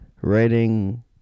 writing